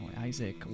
Isaac